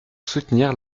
soutenir